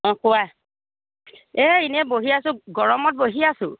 অঁ কোৱা এই এনেই বহি আছো গৰমত বহি আছো